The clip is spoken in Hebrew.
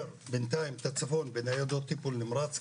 בינתיים את הצפון בניידות טיפול נמרץ,